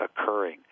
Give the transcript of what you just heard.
occurring